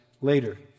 later